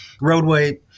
roadway